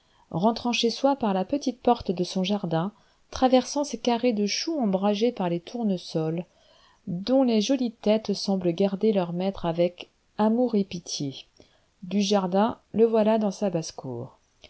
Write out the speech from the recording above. rentrant chez soi par la petite porte de son jardin traversant ses carrés de choux ombragés par les tournesols dont les jolies têtes semblent garder leur maître avec amour et pitié du jardin le voilà dans sa basse-cour